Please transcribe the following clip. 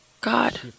God